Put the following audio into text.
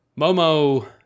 Momo